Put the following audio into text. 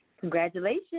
Congratulations